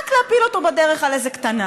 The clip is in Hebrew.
רק להפיל אותו בדרך על איזה קטנה,